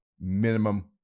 minimum